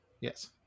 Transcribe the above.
Yes